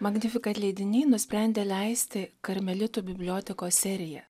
magnifikat leidiniai nusprendė leisti karmelitų bibliotekos seriją